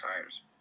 times